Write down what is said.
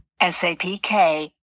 SAPK